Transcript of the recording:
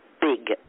big